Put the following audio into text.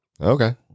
okay